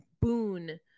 boon